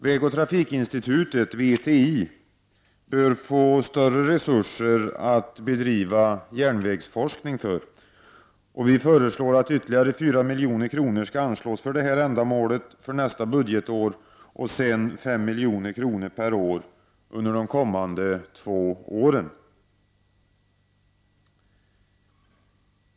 Vägoch trafikinstitutet, VTI, bör få större resurser att bedriva järnvägsforskning för. Vi föreslår att ytterligare 4 milj.kr. skall anslås för detta ändamål för nästa budgetår och sedan 5 milj.kr. per år under de kommande två åren.